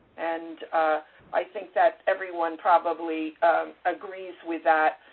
and i think that everyone probably agrees with that.